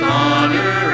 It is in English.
honor